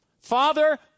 father